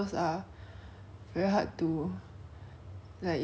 not all the comments are 那种 like supportive comments also lah